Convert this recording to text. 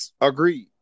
Agreed